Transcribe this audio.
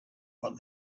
what